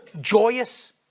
joyous